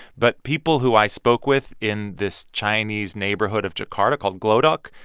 but people who i spoke with in this chinese neighborhood of jakarta called glodok,